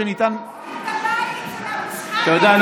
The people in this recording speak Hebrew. תודה.